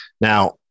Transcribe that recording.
Now